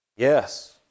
Yes